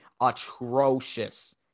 atrocious